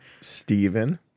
Stephen